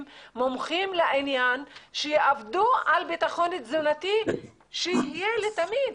מומחים לעניין שיעבדו על ביטחון תזונתי שיהיה לתמיד,